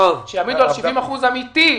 שיעמידו על 70% אמיתי,